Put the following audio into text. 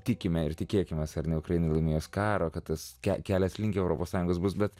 tikime ir tikėkimės ar ne ukraina laimės karą kad tas kelias link europos sąjungos bus bet